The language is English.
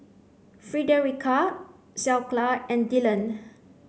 Fredericka Skyla and Dillan